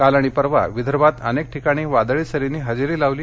काल आणि परवा विदर्भात अनेक ठिकाणी वादळी सरींनी इजेरी लावली